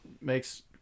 makes